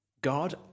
God